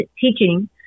teaching